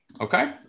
Okay